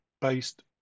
based